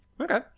Okay